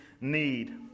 need